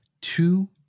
two